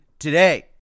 today